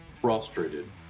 frustrated